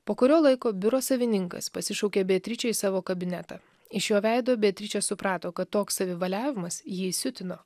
po kurio laiko biuro savininkas pasišaukė beatričę į savo kabinetą iš jo veido beatričė suprato kad toks savivaliavimas jį įsiutino